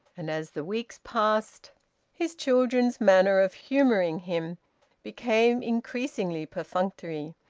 and as the weeks passed his children's manner of humouring him became increasingly perfunctory,